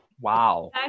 Wow